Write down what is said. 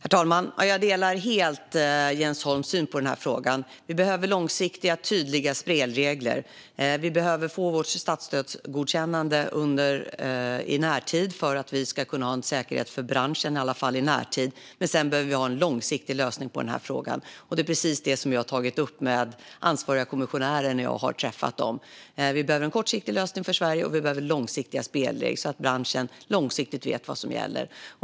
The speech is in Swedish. Herr talman! Jag delar helt Jens Holms syn på den här frågan. Vi behöver långsiktiga och tydliga spelregler. Vi behöver få vårt statsstödsgodkännande i närtid för att vi ska kunna ha en säkerhet för branschen i närtid. Men sedan behöver vi ha en långsiktig lösning på frågan. Det är precis det som jag har tagit upp med ansvariga kommissionärer när jag har träffat dem. Vi behöver en kortsiktig lösning för Sverige, och vi behöver långsiktiga spelregler, så att branschen långsiktigt vet vad som gäller.